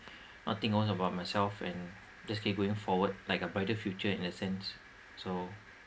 not think always about myself and just keep going forward like a brighter future in that sense so